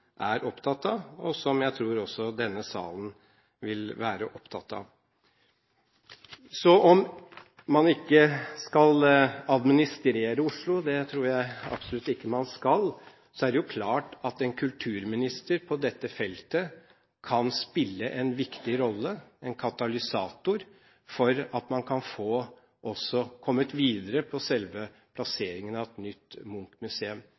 er opptatt av, og som jeg tror også denne salen vil være opptatt av. Så om man ikke skal administrere Oslo – det tror jeg absolutt ikke man skal – er det klart at en kulturminister på dette feltet kan spille en viktig rolle, være katalysator for at man kan komme videre når det gjelder selve plasseringen av et nytt Munch-museum. En skal huske på